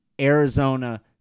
Arizona